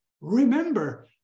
Remember